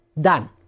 done